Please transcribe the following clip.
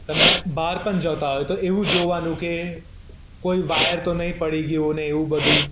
તમે બહાર પણ જતાં હોય તો એવું જોવાનું કે કોઈ વાયર તો નથી પડી ગયો ને એવું બધું